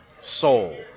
soul